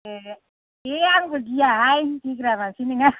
एह दे आंबो गियाहाय गिग्रा मानसि नङा